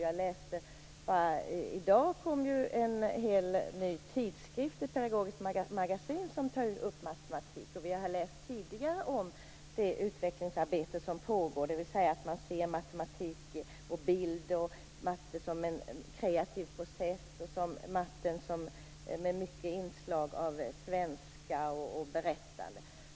Jag läste i dag en helt ny tidskrift, ett pedagogiskt magasin som tar upp matematiken. Vi har också tidigare kunnat läsa om det utvecklingsarbete som pågår, dvs. att man ser matematik och bild som en kreativ process där matten har mycket inslag av svenska och berättande.